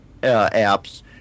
apps